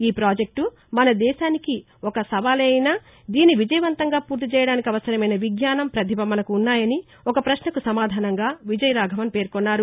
ఈ ప్రాజెక్టు మన దేశానికి ఒక సవాలే అయినా దీన్ని విజయవంతంగా పూర్తిచేయడానికి అవసరమైన విజ్ఞానం ప్రతిభ మనకూ ఉన్నాయని ఓ పశ్నకు సమాధానంగా ఆయన చెప్పారు